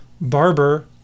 Barber